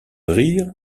rire